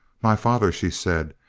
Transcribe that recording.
my father, she said,